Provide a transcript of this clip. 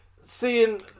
seeing